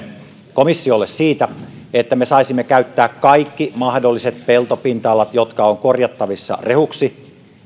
komissiolle siitä että me saisimme käyttää kaikki mahdolliset peltopinta alat jotka ovat korjattavissa rehuksi